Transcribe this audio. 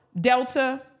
Delta